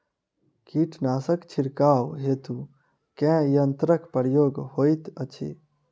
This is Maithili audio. कीटनासक छिड़काव हेतु केँ यंत्रक प्रयोग होइत अछि?